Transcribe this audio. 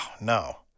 no